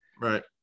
Right